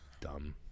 dumb